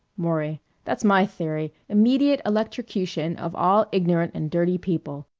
maury that's my theory immediate electrocution of all ignorant and dirty people.